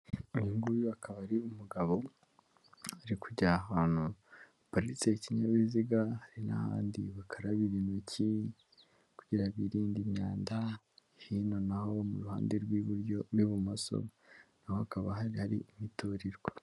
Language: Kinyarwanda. Uyu nguyu akaba ari umugabo uri kujya ahantu haparitse ikinyabiziga, hari n'ahandi bakarabira intoki kugira biririnde imyanda, hino naho mu ruhande rw'iburyo, rw'ibumoso naho hakaba hari imiturirwa.